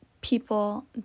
People